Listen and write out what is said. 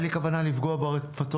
אין לי כוונה לפגוע ברפתות,